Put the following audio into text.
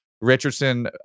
Richardson